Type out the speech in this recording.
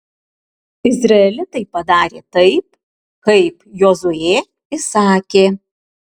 izraelitai padarė taip kaip jozuė įsakė